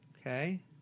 okay